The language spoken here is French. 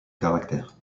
caractère